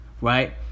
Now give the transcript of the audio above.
right